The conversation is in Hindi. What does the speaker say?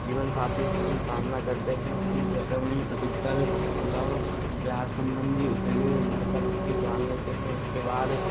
जीवन साथी की कामना करते हैं कि शहरों में अधिकतर लव प्यार संबंधी पहले लड़का लड़की जान लेते हैं उसके बाद